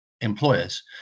employers